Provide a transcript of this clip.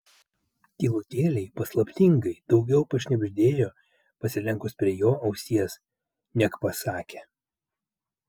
tylutėliai paslaptingai daugiau pašnibždėjo pasilenkus prie jo ausies neg pasakė